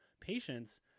patients